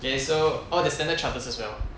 okay so oh the standard chartered as well